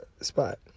spot